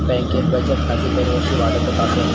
बँकेत बचत खाती दरवर्षी वाढतच आसत